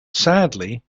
sadly